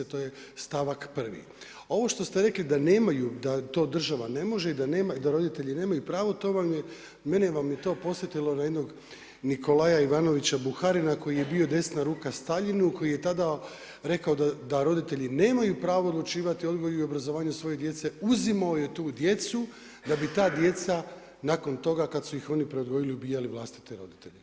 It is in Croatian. To je stavak 1. A ovo što ste rekli da nemaju, da to država ne može i da roditelji nemaju pravo, to vam je, mene vam je to podsjetilo na jednog Nikolaja Ivanoviča Buharina koji je bio desna ruka Staljinu, koji je tada rekao da roditelji nemaju pravo odlučivati o odgoju i obrazovanju svoje djece, uzimao je tu djecu da bi ta djeca nakon toga kada su ih oni preodgojili ubijali vlastite roditelje.